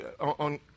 on